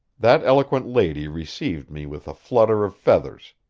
that eloquent lady received me with a flutter of feathers,